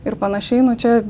ir panašiai nu čia